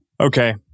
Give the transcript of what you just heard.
Okay